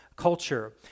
culture